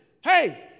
hey